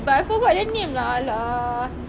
but I forgot their name lah !alah!